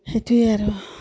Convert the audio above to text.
সেইটোৱেই আৰু